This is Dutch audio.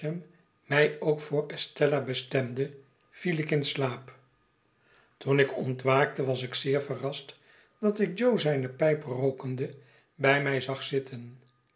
mij ook voor estella bestemde viel ik in slaap toen ik ontwaakte was ik zeer verrast dat ik jo zijne pijp rookende bij mij zag zitten